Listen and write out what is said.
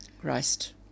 Christ